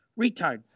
retard